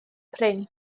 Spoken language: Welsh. print